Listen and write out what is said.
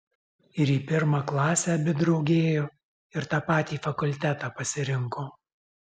ir į pirmą klasę abi drauge ėjo ir tą patį fakultetą pasirinko